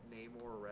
Namor